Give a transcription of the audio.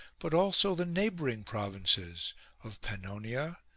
but also the neighbouring provinces of pannonia,